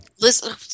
listen